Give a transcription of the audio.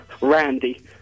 Randy